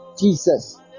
Jesus